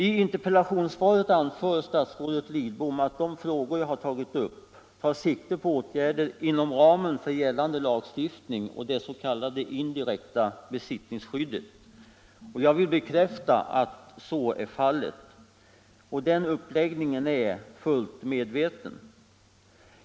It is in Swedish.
I interpellationssvaret anför statsrådet Lidbom att de frågor jag har 249 250 tagit upp tar sikte på åtgärder inom ramen för gällande lagstiftning om det s.k. indirekta besittningsskyddet. Jag vill bekräfta att så är fallet. Den uppläggningen är fullt medveten.